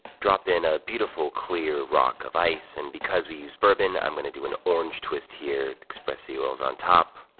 drop in a beautiful clear rock of ice, and because we use bourbon, i'm gonna do an orange twist here, express the oils on top,